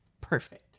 Perfect